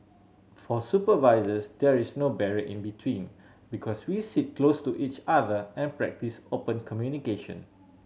for supervisors there is no barrier in between because we sit close to each other and practice open communication